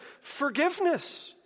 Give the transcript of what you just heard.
forgiveness